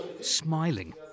Smiling